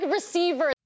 receiver